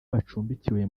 bacumbikiwe